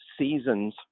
Seasons